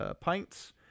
pints